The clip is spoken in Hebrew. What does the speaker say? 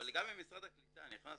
משרד הקליטה נכנס